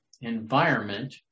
environment